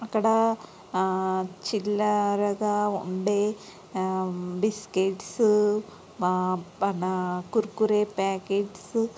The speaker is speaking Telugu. అక్కడ చిల్లరగా ఉండే బిస్కెట్సు మా బాగా మన కుర్కురే ప్యాకెట్సు